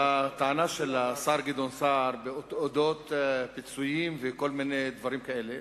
הטענה של השר גדעון סער על אודות פיצויים וכל מיני דברים כאלה,